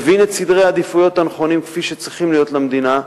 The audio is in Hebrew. מבין את סדרי העדיפויות הנכונים כפי שצריכים להיות למדינה,